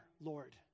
Lord